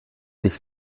dich